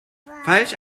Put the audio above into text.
falsch